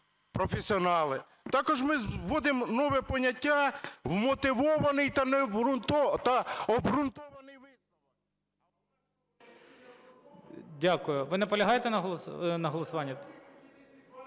Професіонали. Також ми вводимо нове поняття "вмотивований та обґрунтований…" ГОЛОВУЮЧИЙ. Дякую. Ви наполягаєте на голосуванні?